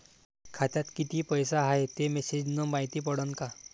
खात्यात किती पैसा हाय ते मेसेज न मायती पडन का?